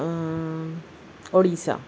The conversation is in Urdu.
اڑیسہ